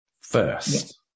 first